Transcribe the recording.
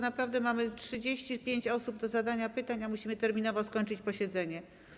Naprawdę, mamy 35 osób do zadania pytania, a musimy terminowo skończyć posiedzenie.